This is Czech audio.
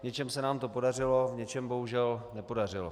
V něčem se nám to podařilo, v něčem bohužel nepodařilo.